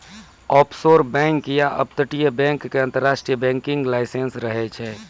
offshore bank या अपतटीय bank के अंतरराष्ट्रीय बैंकिंग लाइसेंस रहै छै